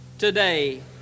Today